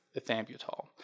ethambutol